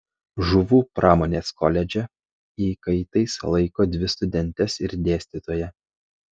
žuvų pramonės koledže įkaitais laiko dvi studentes ir dėstytoją